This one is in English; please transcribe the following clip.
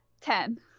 Ten